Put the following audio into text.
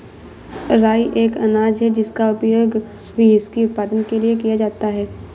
राई एक अनाज है जिसका उपयोग व्हिस्की उत्पादन के लिए किया जाता है